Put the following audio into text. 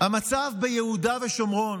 שהמצב ביהודה ושומרון